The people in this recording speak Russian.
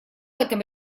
этом